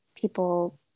people